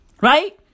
Right